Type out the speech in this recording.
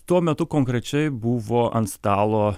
tuo metu konkrečiai buvo ant stalo